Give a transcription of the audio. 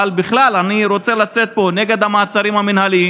אבל בכלל אני רוצה לצאת פה נגד המעצרים המינהליים.